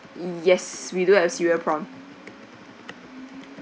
yes we do have cereal prawn